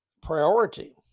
priority